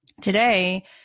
Today